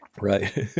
right